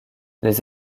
les